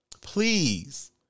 Please